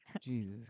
Jesus